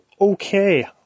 Okay